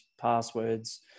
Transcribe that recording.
passwords